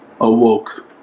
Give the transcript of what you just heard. awoke